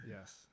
Yes